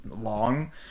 long